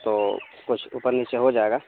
تو کچھ اوپر ن سےے ہو جائے گا